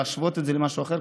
להשוות את זה למשהו אחר,